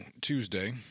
Tuesday